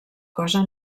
cosa